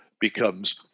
becomes